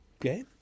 okay